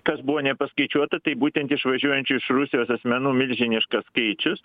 kas buvo nepaskaičiuota tai būtent išvažiuojančių iš rusijos asmenų milžiniškas skaičius